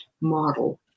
model